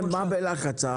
מה הם בלחץ?